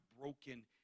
broken